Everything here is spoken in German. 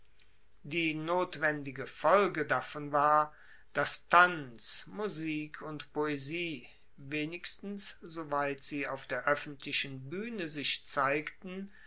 die notwendige folge davon war dass tanz musik und poesie wenigstens soweit sie auf der oeffentlichen buehne sich zeigten